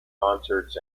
concerts